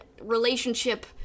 relationship